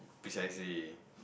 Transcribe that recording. precisely